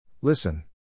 Listen